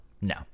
No